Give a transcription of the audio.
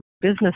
business